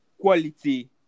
quality